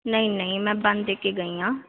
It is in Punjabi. ਨਹੀਂ ਨਹੀਂ ਮੈਂ ਬੰਦ ਦੇ ਕੇ ਗਈ ਹਾਂ